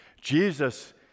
Jesus